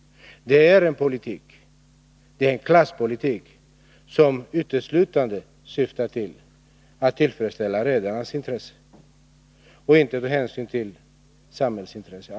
Det är en klasspolitik, som uteslutande syftar till att tillfredsställa redarnas intressen och inte alls tar hänsyn till samhällsintressena.